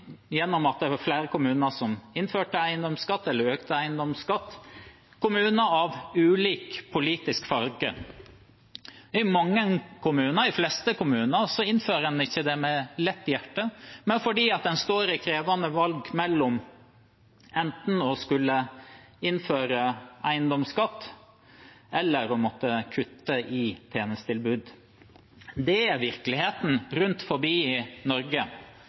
mange kommuner, i de fleste kommuner, innfører man det ikke med lett hjerte, men fordi man står i krevende valg mellom enten å skulle innføre eiendomsskatt eller å måtte kutte i tjenestetilbud. Det er virkeligheten rundt om i Norge.